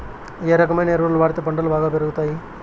ఏ రకమైన ఎరువులు వాడితే పంటలు బాగా పెరుగుతాయి?